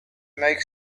make